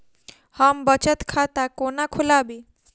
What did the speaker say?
हम बचत खाता कोना खोलाबी?